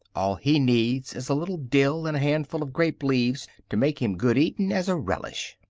all he needs is a little dill and a handful of grape leaves to make him good eatin' as a relish.